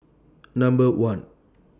Number one